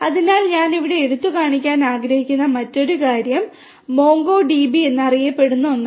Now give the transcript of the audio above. അതിനാൽ ഞാൻ ഇവിടെ എടുത്തുകാണിക്കാൻ ആഗ്രഹിക്കുന്ന മറ്റൊരു കാര്യം മോംഗോഡിബി എന്നറിയപ്പെടുന്ന ഒന്നാണ്